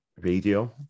radio